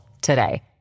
today